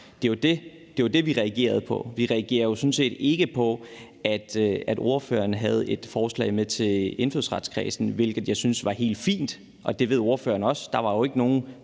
Det var det, vi reagerede på. Vi reagerede jo sådan set ikke på, at ordføreren havde et forslag med til indfødsretskredsen, hvilket jeg syntes var helt fint, og det ved ordføreren også. Der var jo ikke nogen